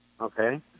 Okay